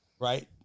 Right